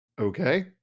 okay